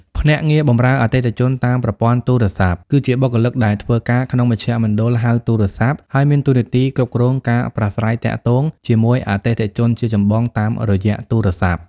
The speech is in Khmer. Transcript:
ភ្នាក់ងារបម្រើអតិថិជនតាមប្រព័ន្ធទូរស័ព្ទ គឺជាបុគ្គលិកដែលធ្វើការក្នុងមជ្ឈមណ្ឌលហៅទូរស័ព្ទ ហើយមានតួនាទីគ្រប់គ្រងការប្រាស្រ័យទាក់ទងជាមួយអតិថិជនជាចម្បងតាមរយៈទូរស័ព្ទ។